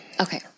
Okay